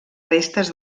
restes